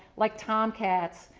like tomcats,